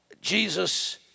Jesus